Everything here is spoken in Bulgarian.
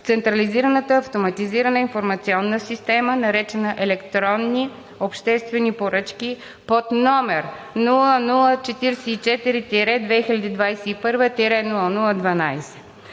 Централизираната автоматизирана информационна система, наречена „Електронни обществени поръчки“, под № 0044-2021-0012.